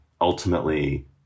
ultimately